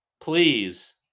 Please